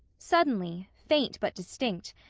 suddenly, faint but distinct,